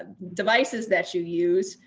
ah devices that you use,